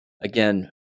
Again